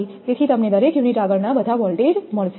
તેથી તમને દરેક યુનિટ આગળના બધા વોલ્ટેજ મળશે